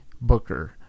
Booker